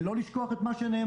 ולא לשכוח את מה שנאמר,